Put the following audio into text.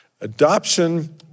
Adoption